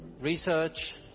research